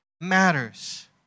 matters